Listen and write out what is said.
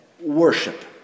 worship